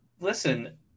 listen